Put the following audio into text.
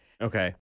Okay